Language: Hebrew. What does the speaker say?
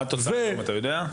מה התוצאה שם, אתה יודע?